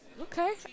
Okay